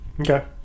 Okay